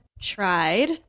tried